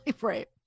Right